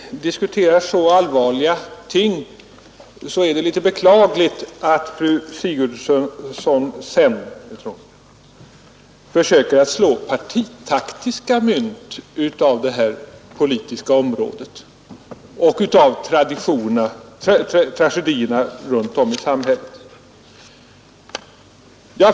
Fru talman! När vi diskuterar så allvarliga ting som nu är det beklagligt att fru Sigurdsen försöker att slå partitaktiska mynt av frågorna och av tragedierna i samhället.